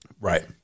right